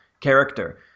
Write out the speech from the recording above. character